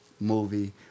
movie